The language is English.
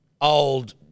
old